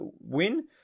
win